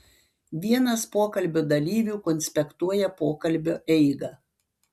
vienas pokalbio dalyvių konspektuoja pokalbio eigą